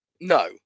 no